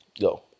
Go